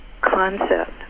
concept